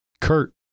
Kurt